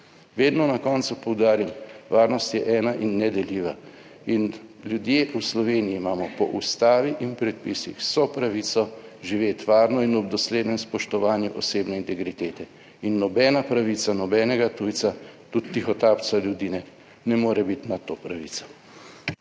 Vedno na koncu poudarim, varnost je ena in nedeljiva in ljudje v Sloveniji imamo po Ustavi in predpisih vso pravico živeti varno in ob doslednem spoštovanju osebne integritete in nobena pravica nobenega tujca, tudi tihotapca ljudi ne, ne more biti nad to pravico.